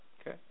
Okay